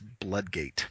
Bloodgate